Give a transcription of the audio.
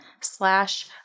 slash